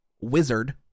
wizard